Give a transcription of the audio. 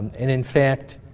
and in fact,